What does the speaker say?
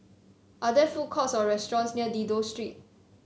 are there food courts or restaurants near Dido Street